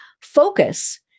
focus